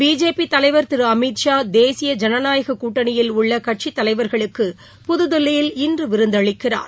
BJP தலைவர் திரு அமித் ஷா தேசிப ஜனநாயக கூட்டணியில் உள்ள கட்சித் தலைவர்களுக்கு புதுதில்லியில் இன்று விருந்தளிக்கிறார்